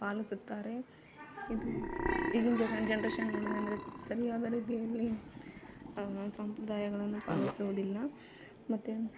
ಪಾಲಿಸುತ್ತಾರೆ ಇದು ಈಗಿನ ಜಗನ್ ಜನ್ರೇಷನ್ ನೋಡಿದನೆಂದ್ರೆ ಸರಿಯಾದ ರೀತಿಯಲ್ಲಿ ಸಂಪ್ರದಾಯಗಳನ್ನು ಪಾಲಿಸುವುದಿಲ್ಲ ಮತ್ತು